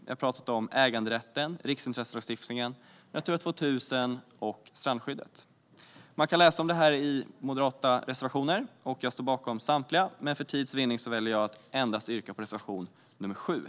Jag har talat om äganderätten, riksintresselagstiftningen, Natura 2000 och strandskyddet. Man kan läsa om det i de moderata reservationerna. Jag står bakom samtliga reservationer, men för tids vinnande yrkar jag bifall till endast reservation nr 8.